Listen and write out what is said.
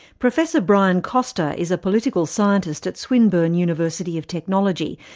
professor brian costar is a political scientist at swinburne university of technology,